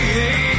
hey